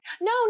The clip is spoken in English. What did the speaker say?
No